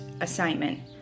assignment